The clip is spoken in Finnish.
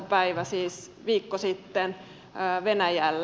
päivänä siis viikko sitten venäjällä